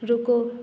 रुको